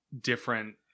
different